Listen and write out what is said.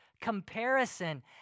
comparison